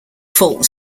fault